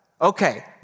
Okay